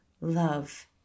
love